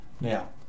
Now